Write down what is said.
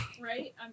Right